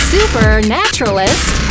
Supernaturalist